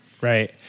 Right